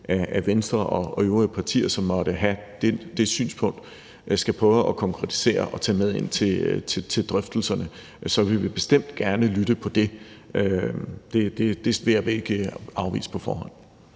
at Venstre og øvrige partier, som måtte have det synspunkt, skal prøve at konkretisere og tage med ind til drøftelserne, for så vil vi bestemt gerne lytte til det. Det vil jeg ikke afvise på forhånd.